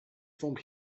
formed